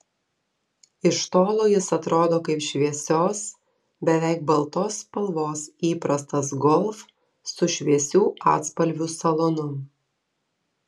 iš tolo jis atrodo kaip šviesios beveik baltos spalvos įprastas golf su šviesių atspalvių salonu